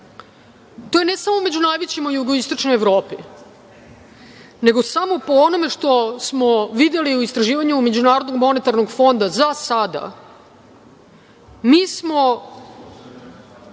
To je, ne samo među najvećima u jugoistočnoj Evropi, nego samo po onome što smo videli u istraživanju MMF-a za sada, mi smo